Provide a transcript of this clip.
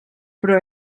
però